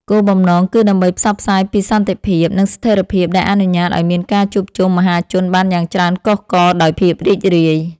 គោលបំណងគឺដើម្បីផ្សព្វផ្សាយពីសន្តិភាព និងស្ថិរភាពដែលអនុញ្ញាតឱ្យមានការជួបជុំមហាជនបានយ៉ាងច្រើនកុះករដោយភាពរីករាយ។